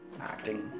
acting